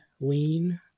lean